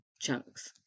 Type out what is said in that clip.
chunks